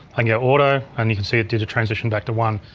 and yeah auto and you can see it did the transition back to one.